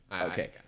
Okay